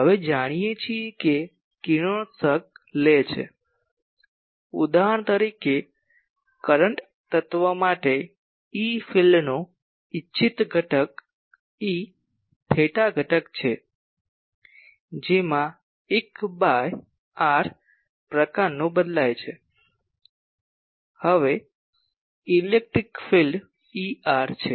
આપણે જાણીએ છીએ કે કિરણોત્સર્ગ લે છે ઉદાહરણ તરીકે કરંટ તત્વ માટે E ફિલ્ડનો ઇચ્છિત ઘટક E થેટા ઘટક છે જેમાં 1 બાય r પ્રકારનું બદલાય છે અને ઇલેક્ટ્રિક ફિલ્ડ Er છે